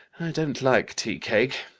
don't like tea-cake.